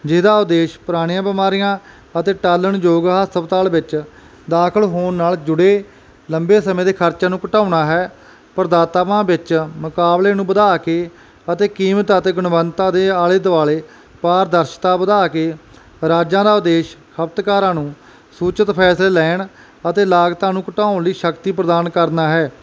ਜਿਹਦਾ ਉਦੇਸ਼ ਪੁਰਾਣੀਆਂ ਬਿਮਾਰੀਆਂ ਅਤੇ ਟਾਲਣ ਯੋਗ ਹਸਪਤਾਲ ਵਿੱਚ ਦਾਖਲ ਹੋਣ ਨਾਲ ਜੁੜੇ ਲੰਬੇ ਸਮੇਂ ਦੇ ਖਰਚਿਆਂ ਨੂੰ ਘਟਾਉਣਾ ਹੈ ਪਰਦਾਤਾਵਾਂ ਵਿੱਚ ਮੁਕਾਬਲੇ ਨੂੰ ਵਧਾ ਕੇ ਅਤੇ ਕੀਮਤ ਅਤੇ ਗੁਣਵੰਤਾ ਦੇ ਆਲੇ ਦੁਆਲੇ ਪਾਰਦਰਸ਼ਤਾ ਵਧਾ ਕੇ ਰਾਜਾਂ ਦਾ ਉਦੇਸ਼ ਖਪਤਕਾਰਾਂ ਨੂੰ ਸੂਚਿਤ ਫੈਸਲੇ ਲੈਣ ਅਤੇ ਲਾਗਤਾਂ ਨੂੰ ਘਟਾਉਣ ਲਈ ਸ਼ਕਤੀ ਪ੍ਰਦਾਨ ਕਰਨਾ ਹੈ